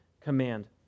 command